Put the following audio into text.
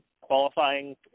qualifying